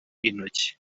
intoki